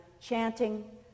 chanting